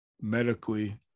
medically